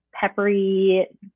peppery